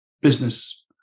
business